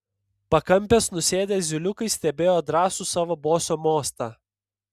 pakampes nusėdę zyliukai stebėjo drąsų savo boso mostą